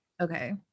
Okay